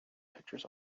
pictures